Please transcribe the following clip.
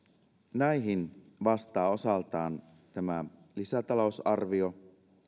näihin vastaa osaltaan tämä lisätalousarvio